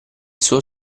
suo